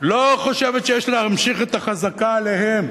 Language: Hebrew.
לא חושבת שיש להמשיך את החזקה עליהם.